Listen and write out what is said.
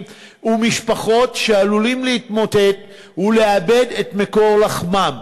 ומשפחות שעלולים להתמוטט ולאבד את מקור לחמם.